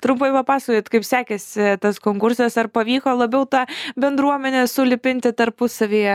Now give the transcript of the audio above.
trumpai papasakokit kaip sekėsi tas konkursas ar pavyko labiau tą bendruomenę sulipinti tarpusavyje